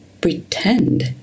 pretend